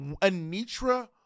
Anitra